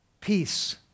peace